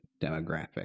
demographic